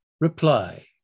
Reply